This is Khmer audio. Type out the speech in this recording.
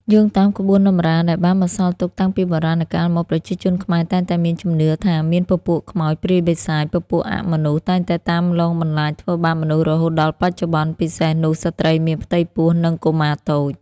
យោងតាមក្បូនតម្រាដែលបានបន្សល់ទុកតាំងពីបុរាណកាលមក ប្រជាជនខ្មែរតែងតែមានជំនឿថាមានពពូក ខ្មោច ព្រាយបិសាច ពពួកអមនុស្ស តែងតែតាមលងបន្លាចធ្វើបាបមនុស្សរហូតដល់បច្ចុប្បន្ន ពិសេសនោះស្ត្រីមានផ្ទៃពោះនិងកុមារតូច